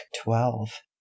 twelve